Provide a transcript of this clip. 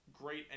Great